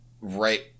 right